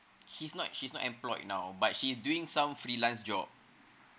she's not she's not employed now but she's doing some freelance job